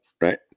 right